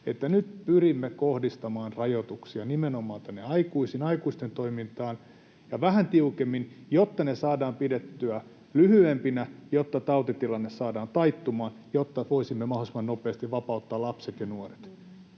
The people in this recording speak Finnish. että nyt pyrimme kohdistamaan rajoituksia nimenomaan tänne aikuisten toimintaan ja vähän tiukemmin, jotta ne saadaan pidettyä lyhyempinä, jotta tautitilanne saadaan taittumaan ja jotta voisimme mahdollisimman nopeasti vapauttaa lapset ja nuoret.